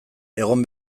egon